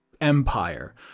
empire